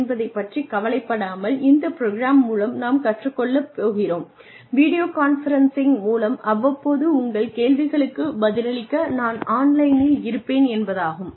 என்பதைப் பற்றி கவலைப்படாமல் இந்த ப்ரோக்ராம் மூலம் நாம் கற்றுக் கொள்ளப் போகிறோம் வீடியோ கான்பரன்சிங் மூலம் அவ்வப்போது உங்கள் கேள்விகளுக்கு பதிலளிக்க நான் ஆன்லைனில் இருப்பேன் என்பதாகும்